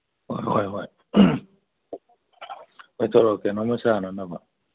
ꯍꯣꯏ ꯍꯣꯏ ꯀꯣꯏꯊꯣꯔꯛꯀꯦ ꯀꯩꯅꯣꯝꯃ ꯆꯥꯅꯅꯕ